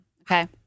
Okay